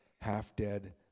half-dead